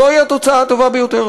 זוהי התוצאה הטובה ביותר.